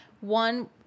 One